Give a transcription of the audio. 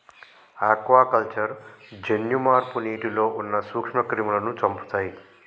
aquaculture జన్యు మార్పు నీటిలో ఉన్న నూక్ష్మ క్రిములని చెపుతయ్